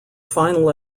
final